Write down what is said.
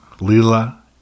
Lila